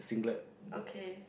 singlet